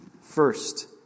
first